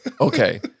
Okay